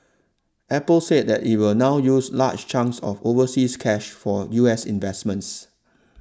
Apple said it will now use a large chunk of the overseas cash for U S investments